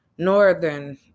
northern